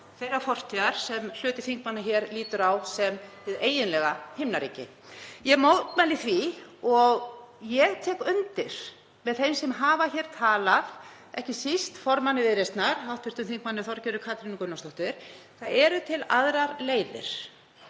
þeirrar fortíðar sem hluti þingmanna lítur á sem hið eiginlega himnaríki. Ég mótmæli því og tek undir með þeim sem hafa hér talað, ekki síst formanni Viðreisnar, hv. þm. Þorgerði Katrínu Gunnarsdóttur, um að til eru aðrar leiðir.